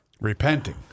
Repenting